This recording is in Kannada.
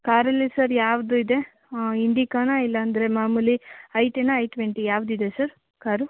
ಕಾರಲ್ಲಿ ಸರ್ ಯಾವುದಿದೆ ಇಂಡಿಕಾನ ಇಲ್ಲಂದರೆ ಮಾಮೂಲಿ ಐ ಟೆನ್ನ ಐ ಟ್ವೆಂಟಿ ಯಾವುದಿದೆ ಸರ್ ಕಾರು